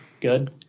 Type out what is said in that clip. good